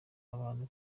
abantu